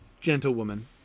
gentlewoman